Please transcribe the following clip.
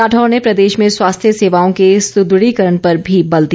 राठौर ने प्रदेश में स्वास्थ्य सेवाओं के सुदृढ़ीकरण पर भी बल दिया